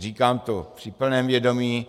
Říkám to při plném vědomí.